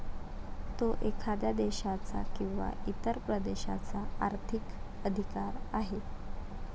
तो एखाद्या देशाचा किंवा इतर प्रदेशाचा आर्थिक अधिकार आहे